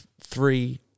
three